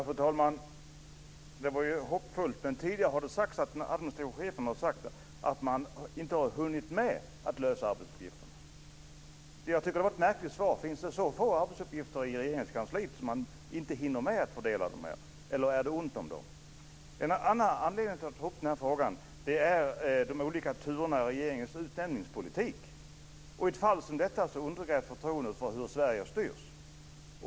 Fru talman! Det var ju hoppfullt. Tidigare har den administrativa chefen sagt att man inte har hunnit med att lösa frågan om arbetsuppgifterna. Jag tycker att det var ett märkligt svar. Finns det så gott om arbetsuppgifter i Regeringskansliet att man inte hinner med att fördela dem, eller är det ont om dem? En annan anledning till att jag tar upp frågan är de olika turerna i regeringens utnämningspolitik. Ett fall som detta undergräver förtroende för hur Sverige styrs.